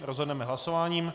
Rozhodneme hlasováním.